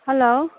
hello